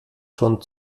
schon